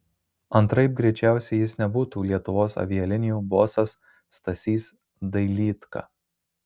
antraip greičiausiai jis nebūtų lietuvos avialinijų bosas stasys dailydka